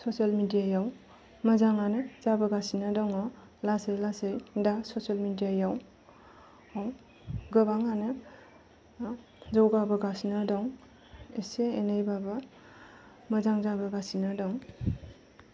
social media याव मोजाङानो जाबोगासिनो दङ लासै लासै दा ससियेल मिडिया याव गोबाङानो जौगाबोगासिनो दं एसे एनैब्लाबो मोजां जाबोगासिनो दं